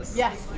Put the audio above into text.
yes,